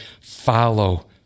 follow